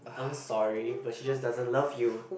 I'm sorry but she just doesn't love you